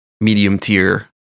medium-tier